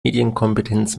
medienkompetenz